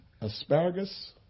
Asparagus